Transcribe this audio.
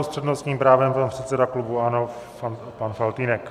S přednostním právem pan předseda klubu ANO pan Faltýnek.